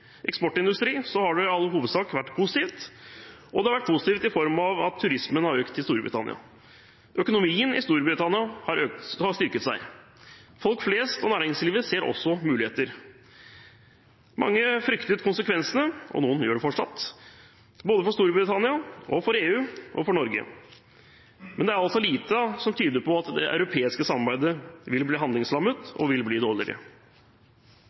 eksportindustri har det i all hovedsak vært positivt, og det har vært positivt i form av at turismen til Storbritannia har økt. Økonomien i Storbritannia har styrket seg. Folk flest og næringslivet ser også muligheter. Mange fryktet konsekvensene, og noen gjør det fortsatt, både for Storbritannia, for EU og for Norge. Men det er altså lite som tyder på at det europeiske samarbeidet vil bli handlingslammet og vil bli dårligere.